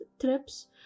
trips